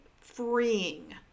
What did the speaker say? freeing